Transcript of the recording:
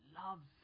love